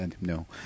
no